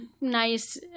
Nice